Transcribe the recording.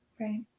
Right